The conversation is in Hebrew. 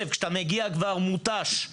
אני מתחיל במשפחות של השוטרים,